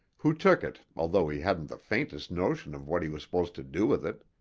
who took it although he hadn't the faintest notion of what he was supposed to do with it.